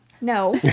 No